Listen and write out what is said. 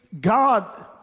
God